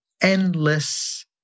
endless